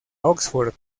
oxford